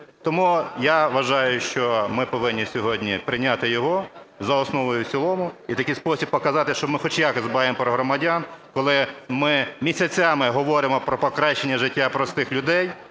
Тому я вважаю, що ми повинні сьогодні прийняти його за основу і в цілому, і в такий спосіб показати, що ми хоч якось дбаємо про громадян, коли ми місяцями говоримо про покращення життя простих людей,